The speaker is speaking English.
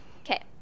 okay